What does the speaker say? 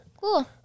Cool